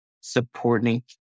supporting